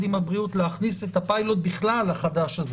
עם משרד הבריאות להכניס את הפיילוט החדש הזה,